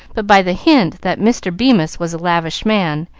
but by the hint that mr. bemis was a lavish man,